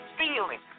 feeling